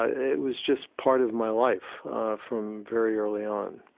ah it was just part of my life from very early on